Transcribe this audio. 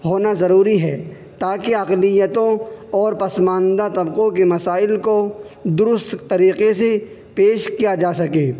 ہونا ضروری ہے تا کہ اقلیتوں اور پسماندہ طبقوں کے مسائل کو درست طریقے سے پیش کیا جا سکے